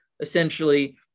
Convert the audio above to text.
essentially